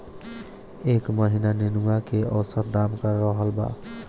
एह महीना नेनुआ के औसत दाम का रहल बा?